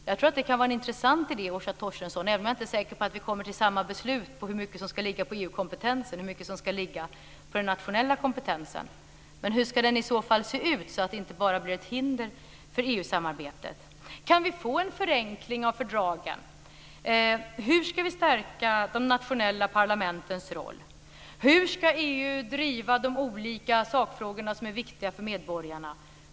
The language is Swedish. Jag tror att det kan vara en intressant idé, Åsa Torstensson, även om jag inte är säker på att vi kommer till samma beslut om hur mycket som ska ligga på EU-kompetensen och hur mycket som ska ligga på den nationella kompetensen. Men hur ska den i så fall se ut, så att den inte bara blir ett hinder för EU-samarbetet? Kan vi få en förenkling av fördragen? Hur ska vi stärka de nationella parlamentens roll? Hur ska EU driva de olika sakfrågor som är viktiga för medborgarna?